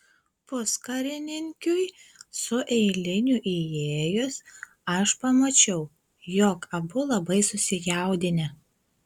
puskarininkiui su eiliniu įėjus aš pamačiau jog abu labai susijaudinę